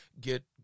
get